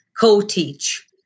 Co-teach